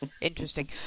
interesting